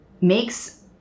makes